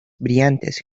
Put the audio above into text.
brillantes